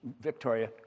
Victoria